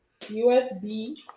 USB